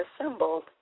assembled